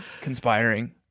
conspiring